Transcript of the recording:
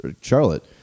Charlotte